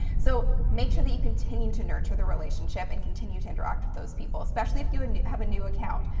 so make sure that you continue to nurture the relationship and continue to interact with those people, especially if you and have a new account.